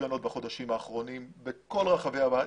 הפגנות בחודשים האחרונים בכל רחבי הארץ,